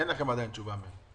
אין לכם עדיין תשובה מהם.